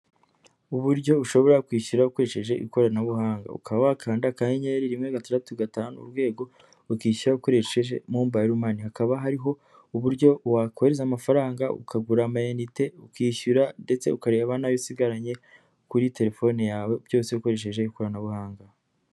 Uburyo ushobora kwishyura ukoresheje ikoranabuhanga ukaba wakanda aka nyenyeri rimwe gatandatu gatanu urwego ukishyura ukoresheje mobileman hakaba hariho uburyo wakohereza amafaranga ukagura ama inite ukishyura ndetse ukareba nayo usigaranye kuri telefone yawe byose ukoresheje ikoranabuhanga.